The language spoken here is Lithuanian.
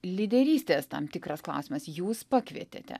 lyderystės tam tikras klausimas jūs pakvietėte